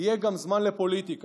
יהיה גם זמן לפוליטיקה.